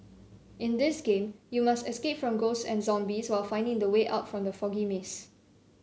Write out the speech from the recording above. in this game you must escape from ghosts and zombies while finding the way out from the foggy maze